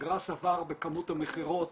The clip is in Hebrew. הגראס עבר בכמות המכירות